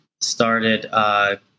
started